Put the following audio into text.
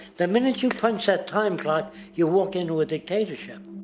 the minute you punch that time clock you walk into a dictatorship.